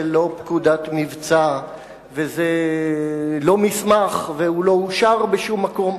לא פקודת מבצע וזה לא מסמך והוא לא אושר בשום מקום.